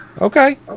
Okay